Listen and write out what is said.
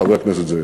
חבר הכנסת זאב.